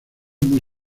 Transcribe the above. muy